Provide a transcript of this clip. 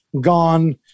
gone